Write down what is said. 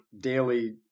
daily